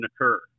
occur